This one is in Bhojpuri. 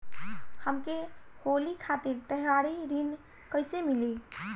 हमके होली खातिर त्योहारी ऋण कइसे मीली?